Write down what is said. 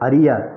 அறிய